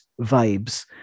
vibes